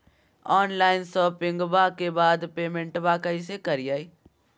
Online शोपिंग्बा के बाद पेमेंटबा कैसे करीय?